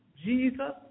Jesus